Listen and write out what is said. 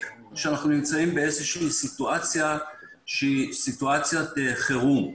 שאנחנו נמצאים באיזושהי סיטואציה שהיא סיטואציית חירום.